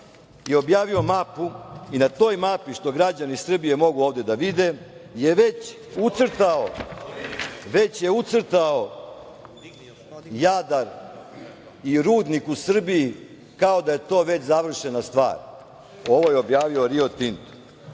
objavio mapu i na toj mapi, što građani Srbije mogu ovde da vide, je već ucrtao Jadar i rudnik u Srbiji kao da je to već završena stvar. Ovo je objavio Rio Tinto.